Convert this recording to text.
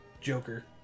Joker